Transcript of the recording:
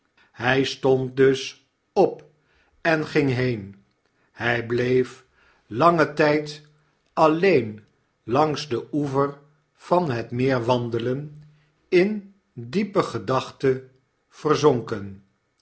hij stond dus op en ging heen hij bleef langen tijd alleen langs den oever van het meer wandelen in diepe gedachten verzonken